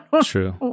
True